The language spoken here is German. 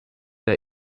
der